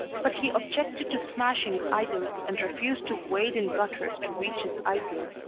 but he objected to smashing idols and refused to wade in gutters to reach his ideal.